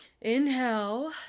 inhale